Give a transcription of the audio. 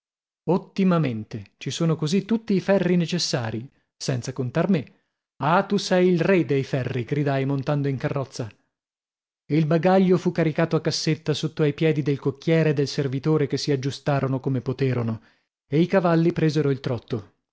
ottimamente ci sono così tutti i ferri necessarii senza contar me ah tu sei il re dei ferri gridai montando in carrozza il bagaglio fu caricato a cassetta sotto ai piedi del cocchiere e del servitore che si aggiustarono come poterono e i cavalli presero il trotto